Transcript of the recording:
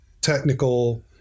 technical